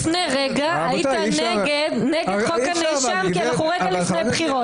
לפני רגע היית נגד חוק הנאשם כי אנחנו רגע לפני בחירות.